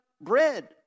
bread